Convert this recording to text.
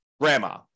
grandma